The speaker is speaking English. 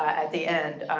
at the end,